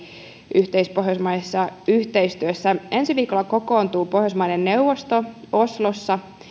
yhteispohjoismaisessa yhteistyössä ensi viikolla kokoontuu pohjoismaiden neuvosto oslossa